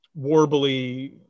warbly